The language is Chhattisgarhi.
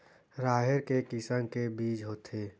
राहेर के किसम के बीज होथे?